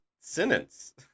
sentence